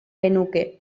genuke